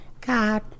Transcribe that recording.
God